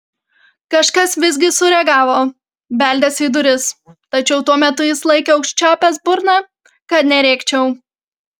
kažkas visgi sureagavo beldėsi į duris tačiau tuo metu jis laikė užčiaupęs burną kad nerėkčiau